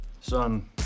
Son